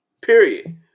Period